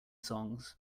songs